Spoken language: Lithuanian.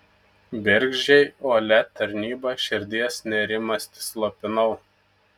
bergždžiai uolia tarnyba širdies nerimastį slopinau